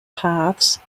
paths